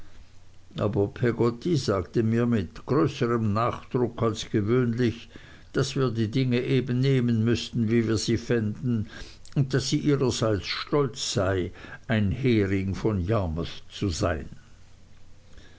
aber peggotty sagte mit größerem nachdruck als gewöhnlich daß wir die dinge eben nehmen müßten wie wir sie fänden und daß sie ihrerseits stolz sei ein hering von yarmouth zu sein